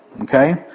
Okay